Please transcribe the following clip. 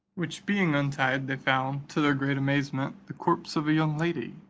which being untied, they found, to their great amazement, the corpse of a young lady,